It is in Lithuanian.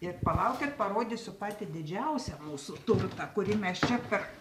ir palaukit parodysiu patį didžiausią mūsų turtą kurį mes čia per